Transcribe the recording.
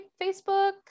Facebook